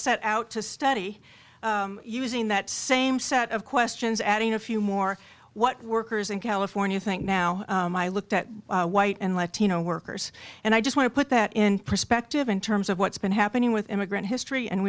set out to study using that same set of questions adding a few more what workers in california think now i looked at white and latino workers and i just want to put that in perspective in terms of what's been happening with immigrant history and